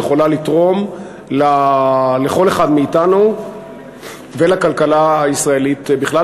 יכולה לתרום לכל אחד מאתנו ולכלכלה הישראלית בכלל,